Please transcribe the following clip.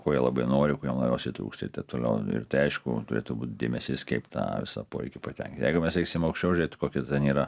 ko labai nori ko jiem labiausiai trūksta ir taip toliau ir tai turėtų būt dėmesys kaip tą visą poreikį patenkint jeigu mes eiksim aukščiau žiūrėt koki ten yra